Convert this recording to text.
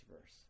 verse